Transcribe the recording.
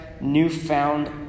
newfound